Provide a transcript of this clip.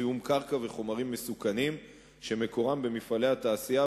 זיהום קרקע וחומרים מסוכנים שמקורם במפעלי התעשייה,